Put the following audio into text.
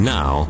Now